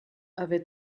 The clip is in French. avait